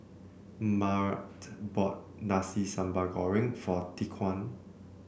Mart bought Nasi Sambal Goreng for Tyquan